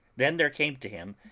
then there came to him,